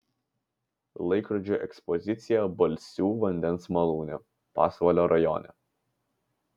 laikrodžių ekspozicija balsių vandens malūne pasvalio rajone